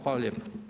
Hvala lijepa.